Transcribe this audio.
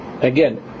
Again